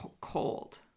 cold